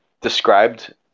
described